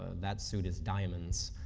that suit is diamonds.